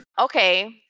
Okay